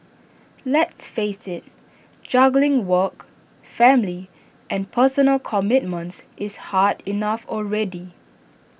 let's face IT juggling work family and personal commitments is hard enough already